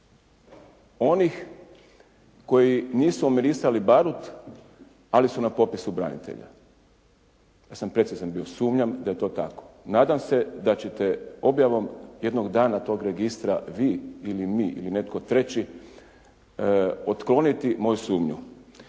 Onih koji nisu omirisali barut, ali su na popisu baruta. Sumnjam da je to tako. Nadam se da ćete objavom jednog dana tog registra vi, ili mi ili netko treći otkloniti moju sumnju.